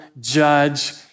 judge